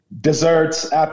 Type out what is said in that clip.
desserts